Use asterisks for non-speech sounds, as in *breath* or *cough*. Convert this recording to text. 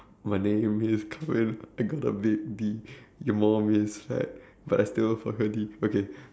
my name is I got a big D *breath* your mom is fat but I still fuck her D okay